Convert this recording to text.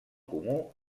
comú